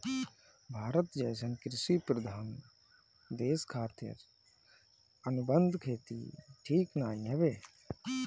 भारत जइसन कृषि प्रधान देश खातिर अनुबंध खेती ठीक नाइ हवे